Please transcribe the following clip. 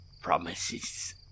promises